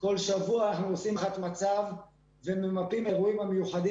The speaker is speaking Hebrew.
כל שבוע אנחנו עושים הערכת מצב וממפים את האירועים המיוחדים,